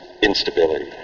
Instability